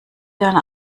dann